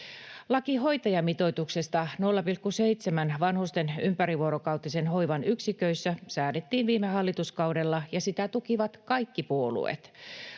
Laki hoitajamitoituksesta 0,7 vanhusten ympärivuorokautisen hoivan yksiköissä säädettiin viime hallituskaudella, ja sitä tukivat kaikki puolueet.